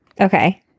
Okay